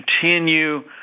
continue